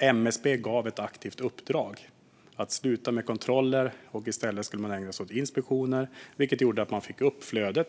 MSB gav alltså ett aktivt uppdrag om att man skulle sluta med kontroller. I stället skulle man ägna sig åt inspektioner, vilket gjorde att man fick upp flödet.